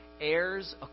heirs